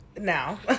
now